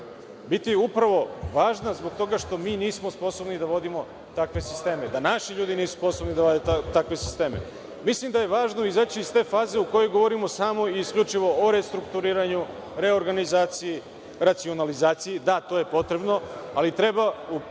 biti upravo važna zbog toga što mi nismo sposobni da vodimo takve sisteme, da naši ljudi nisu sposobni da vode takve sisteme. Mislim da je važno izaći iz te faze u kojoj govorimo samo i isključivo o restrukturiranju, reorganizaciji, racionalizaciji. Da, to je potrebno, ali treba usmeriti